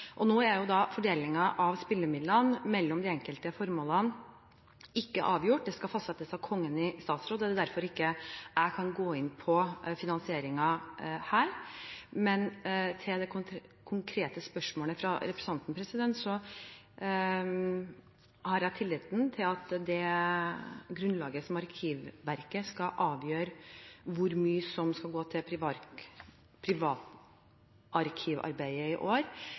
Nå er fordelingen av spillemidlene mellom de enkelte formålene ikke avgjort. Det skal fastsettes av Kongen i statsråd, og det er derfor jeg ikke kan gå inn på finansieringen her. Men til det konkrete spørsmålet fra representanten: Jeg har tillit til at det grunnlaget som Arkivverket skal bruke til å avgjøre hvor mye som skal gå til privatarkivarbeidet i år,